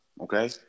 okay